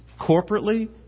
corporately